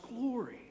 glory